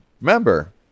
Remember